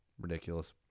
Ridiculous